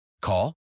call